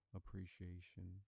appreciation